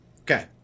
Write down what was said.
Okay